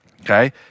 Okay